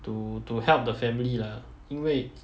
to to help the family lah 因为